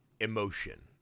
emotion